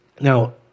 Now